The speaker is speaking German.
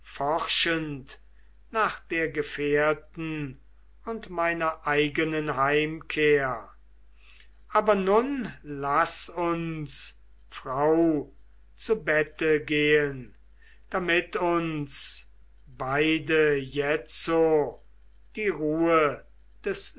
forschend nach der gefährten und meiner eigenen heimkehr aber nun laß uns frau zu bette gehen damit uns beide jetzo die ruhe des